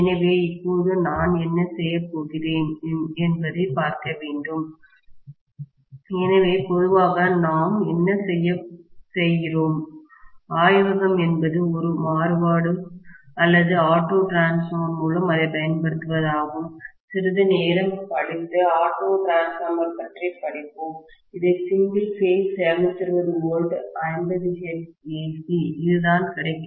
எனவே இப்போது நான் என்ன செய்யப் போகிறேன் என்பது பார்க்க வேண்டும் எனவே பொதுவாக நாம் என்ன செய்கிறோம் ஆய்வகம் என்பது ஒரு மாறுபாடு அல்லது ஆட்டோ டிரான்ஸ்பார்மர் மூலம் அதைப் பயன்படுத்துவதாகும் சிறிது நேரம் கழித்து ஆட்டோ டிரான்ஸ்பார்மர் பற்றி படிப்போம் இதை single phase 220 V 50 hertz AC இதுதான் கிடைக்கிறது